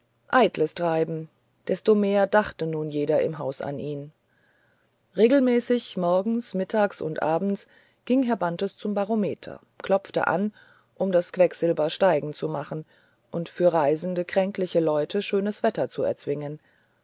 eitles treiben desto mehr dachte nun jeder im hause an ihn regelmäßig morgens mittags und abends ging herr bantes zum barometer klopfte an um das quecksilber steigen zu machen und für reisende kränkliche leute schönes wetter zu erzwingen